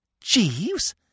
Jeeves